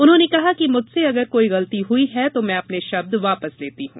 उन्होंने कहा कि मुझसे अगर कोई गलती हुई है तो में अपने शब्द वापस लेती हूं